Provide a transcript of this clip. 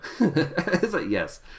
Yes